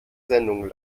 sendung